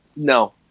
No